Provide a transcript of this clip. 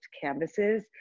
canvases